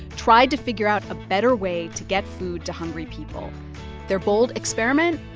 tried to figure out a better way to get food to hungry people their bold experiment,